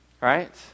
Right